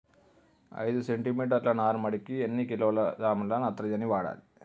ఐదు సెంటిమీటర్ల నారుమడికి ఎన్ని కిలోగ్రాముల నత్రజని వాడాలి?